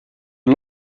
een